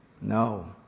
No